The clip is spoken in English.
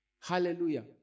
Hallelujah